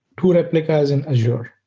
two replicas in azure.